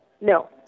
No